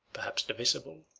perhaps the visible,